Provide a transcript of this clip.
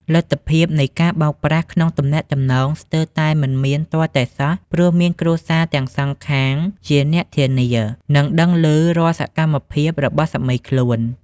លទ្ធភាពនៃការបោកប្រាស់ក្នុងទំនាក់ទំនងស្ទើរតែមិនមានទាល់តែសោះ ព្រោះមានគ្រួសារទាំងសងខាងជាអ្នកធានា និងដឹងឮនូវរាល់សកម្មភាពរបស់សាមីខ្លួន។